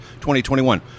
2021